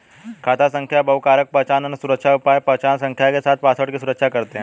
खाता संख्या बहुकारक पहचान, अन्य सुरक्षा उपाय पहचान संख्या के साथ पासवर्ड की सुरक्षा करते हैं